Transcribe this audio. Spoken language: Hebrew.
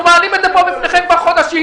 אנחנו מעלים את זה בפניכם כבר חודשים.